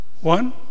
one